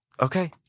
Okay